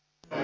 tätä